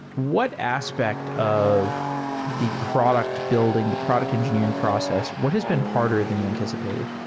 what aspect of the product building, the product engineering process, what has been harder than you anticipated?